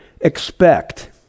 expect